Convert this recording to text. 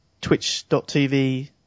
twitch.tv